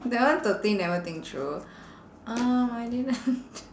that one totally never think through um I didn't